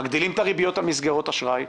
מגדילים את הריביות על מסגרות אשראי,